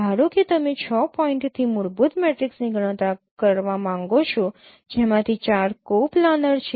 ધારો કે તમે 6 પોઇન્ટથી મૂળભૂત મેટ્રિક્સની ગણતરી કરવા માંગો છો જેમાંથી 4 કોપ્લાનર છે